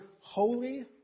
holy